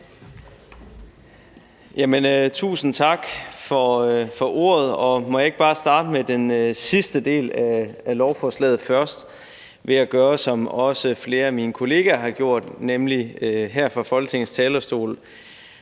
Tusind tak for ordet, og må jeg ikke bare starte med den sidste del af lovforslaget først ved at gøre, som også flere af mine kollegaer har gjort, nemlig her fra Folketingets talerstol